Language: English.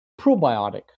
probiotic